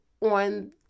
on